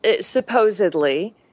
supposedly